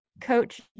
Coach